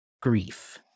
grief